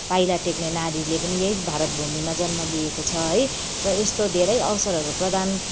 पाइला टेक्ने नारीले पनि यहीँ भारत भूमिमा जन्म लिएको छ है र यस्तो धेरै अवसरहरू प्रदान